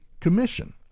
Commission